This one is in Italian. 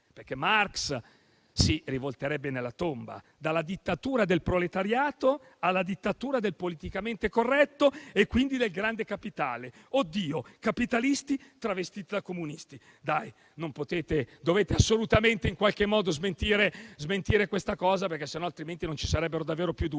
perché Marx si rivolterebbe nella tomba: dalla dittatura del proletariato alla dittatura del politicamente corretto e quindi del grande capitale. Oddio, capitalisti travestiti da comunisti. Non potete, dovete assolutamente smentire questa cosa, altrimenti non ci sarebbero davvero più dubbi